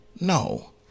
no